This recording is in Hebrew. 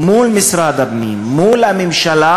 מול משרד הפנים, מול הממשלה,